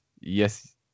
yes